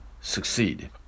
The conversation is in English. succeed